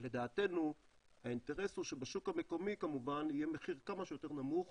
לדעתנו האינטרס הוא שבשוק המקומי כמובן יהיה מחיר כמה שיותר נמוך